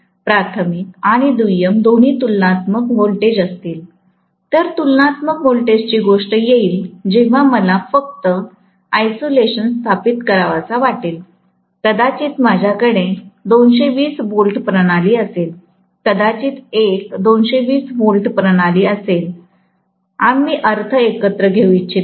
जर प्राथमिक आणि दुय्यम दोन्ही तुलनात्मक व्होल्टेज असतीलतर तुलनात्मक व्होल्टेजची गोष्ट येईल जेव्हा मला फक्त आयसोलेशन स्थापित करावासा वाटेल कदाचित माझ्याकडे 220V प्रणाली असेल आणखी एक 220 V प्रणाली असेल आम्ही अर्थ एकत्र घेऊ इच्छित नाही